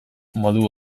modu